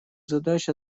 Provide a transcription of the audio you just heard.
задач